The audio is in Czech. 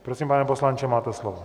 Prosím, pane poslanče, máte slovo.